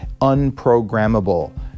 unprogrammable